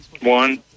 One